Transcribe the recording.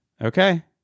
Okay